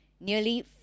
nearly